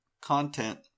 Content